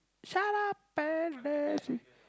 shut up and dance with